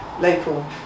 local